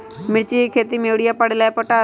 मिर्ची के खेती में यूरिया परेला या पोटाश?